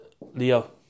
Leo